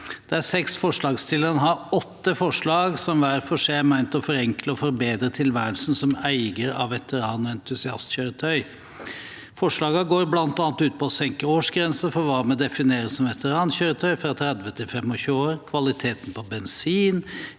Det er seks forslagsstillere, og en har åtte forslag, som hver for seg er ment å forenkle og forbedre tilværelsen som eier av veteran- og entusiastkjøretøy. Forslagene går bl.a. ut på å senke årsgrensen for hva vi definerer som veterankjøretøy, fra 30 til 25 år, kvaliteten på bensin,